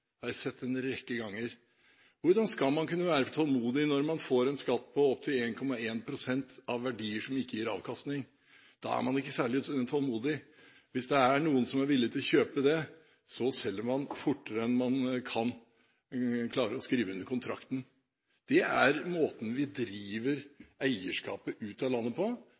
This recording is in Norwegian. jeg sett en rekke ganger. Men hvordan skal man kunne være tålmodig når man får en skatt på opptil 1,1 pst. av verdier som ikke gir avkastning? Da blir man ikke særlig tålmodig. Hvis det er noen som er villig til å kjøpe det, så selger man fortere enn man klarer å skrive under kontrakten. Det er måten vi driver eierskapet ut av landet på.